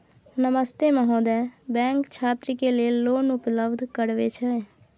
नमस्ते महोदय, बैंक छात्र के लेल लोन उपलब्ध करबे छै?